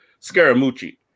Scaramucci